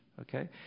okay